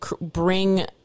bring